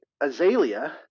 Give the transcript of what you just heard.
azalea